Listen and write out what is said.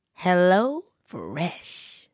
HelloFresh